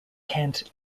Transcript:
kent